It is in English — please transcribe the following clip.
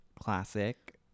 classic